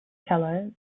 cello